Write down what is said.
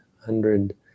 hundred